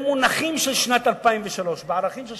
בערכים של שנת 2003,